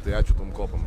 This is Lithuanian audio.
tai ačiū tom kopom